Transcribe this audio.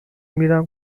میرم